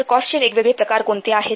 तर कॉस्टचे वेगवेगळे प्रकार कोणते आहेत